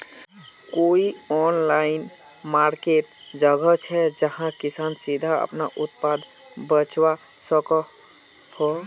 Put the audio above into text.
कोई online market जगह छे जहाँ किसान सीधे अपना उत्पाद बचवा सको हो?